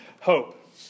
Hope